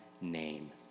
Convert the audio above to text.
name